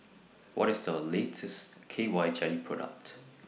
What IS The latest K Y Jelly Product